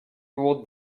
ruled